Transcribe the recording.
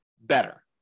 better